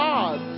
God